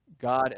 God